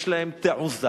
יש להם תעוזה,